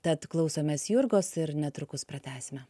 tad klausomės jurgos ir netrukus pratęsime